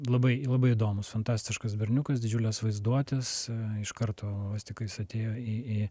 labai labai įdomus fantastiškas berniukas didžiulės vaizduotės iš karto vos tik jis atėjo į į